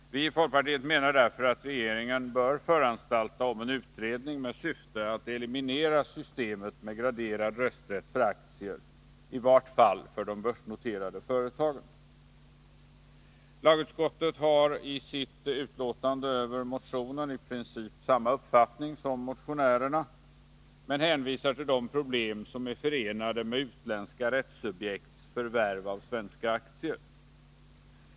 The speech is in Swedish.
Vi i folkpartiet menar därför att regeringen bör föranstalta om en utredning med syfte att eliminera systemet med graderad rösträtt för aktier, i vart fall för de börsnoterade företagen. Lagutskottet har i sitt utlåtande över motionen i princip samma uppfattning som motionärerna men hänvisar till de problem som är förenade med utländska rättssubjekts förvärv av svenska aktier.